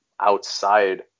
outside